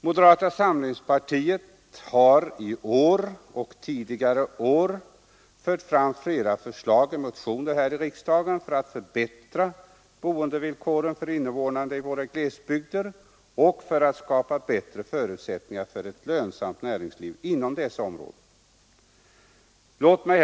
Moderata samlingspartiet har i år och tidigare år fört fram flera förslag i form av motioner här i riksdagen för att förbättra boendevillkoren för invånarna i våra glesbygder och för att skapa bättre förutsättningar för ett lönsamt näringsliv inom dessa områden.